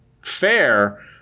fair